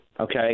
okay